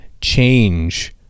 change